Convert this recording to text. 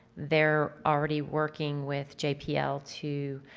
they're already working with jpl to